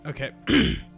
okay